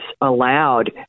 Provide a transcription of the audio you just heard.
allowed